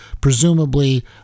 presumably